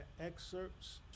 excerpts